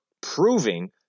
proving